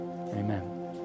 amen